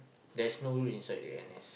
there's no rule inside the N_S